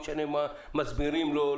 מה מסבירים לו,